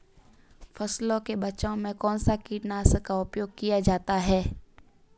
फसलों के बचाव में कौनसा कीटनाशक का उपयोग किया जाता है?